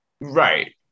right